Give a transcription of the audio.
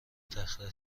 تخته